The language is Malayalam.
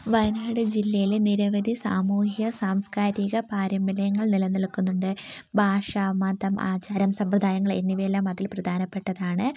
വയനാട് ജില്ലയിലെ നിരവധി സാമൂഹിക സാംസ്ക്കാരിക പാരമ്പര്യങ്ങൾ നിലനിൽക്കുന്നുണ്ട് ഭാഷ മതം ആചാരം സമ്പ്രദായങ്ങൾ എന്നിവയെല്ലാം അതിൽ പ്രധാനപ്പെട്ടതാണ്